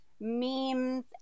memes